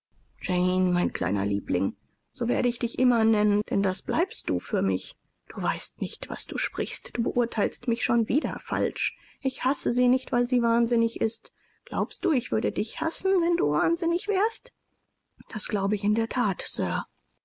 jane mein kleiner liebling so werde ich dich immer nennen denn das bleibst du für mich du weißt nicht was du sprichst du beurteilst mich schon wieder falsch ich hasse sie nicht weil sie wahnsinnig ist glaubst du ich würde dich hassen wenn du wahnsinnig wärst das glaube ich in der that